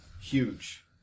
huge